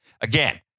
Again